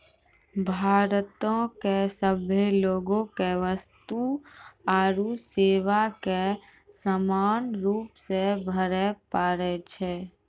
भारतो के सभे लोगो के वस्तु आरु सेवा कर समान रूपो से भरे पड़ै छै